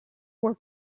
were